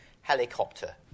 helicopter